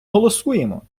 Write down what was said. голосуємо